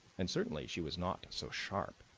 and, certainly, she was not so sharp.